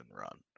run